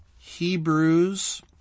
Hebrews